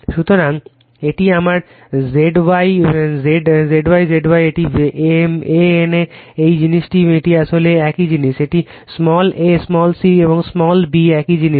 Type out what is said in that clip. সুতরাং এটি আমার Z Y Z Y Z Y এটি A N A একই জিনিস এটি আসলে একই জিনিস এটি স্মল a এটি স্মল c এবং এটি স্মল b একই জিনিস